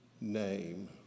name